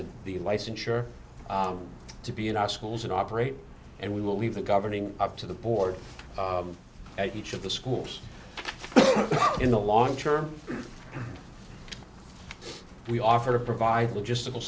the the licensure to be in our schools and operate and we will leave the governing up to the board at each of the schools in the long term we offer to provide logistical